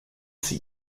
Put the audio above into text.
sie